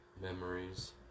memories